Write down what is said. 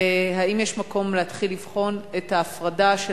האם יש מקום להתחיל לבחון את ההפרדה של